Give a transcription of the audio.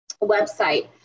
website